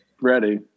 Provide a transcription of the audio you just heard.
Ready